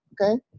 okay